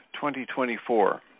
2024